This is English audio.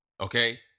Okay